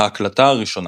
"ההקלטה" הראשונה,